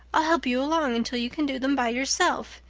i'll help you along until you can do them by yourself.